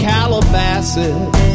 Calabasas